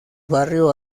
barrio